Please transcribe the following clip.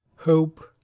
Hope